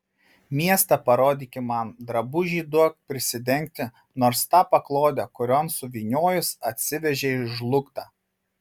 miestą parodyki man drabužį duok prisidengti nors tą paklodę kurion suvyniojus atsivežei žlugtą